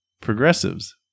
progressives